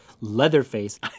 Leatherface